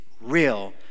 real